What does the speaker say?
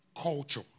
culture